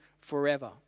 forever